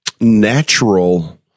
natural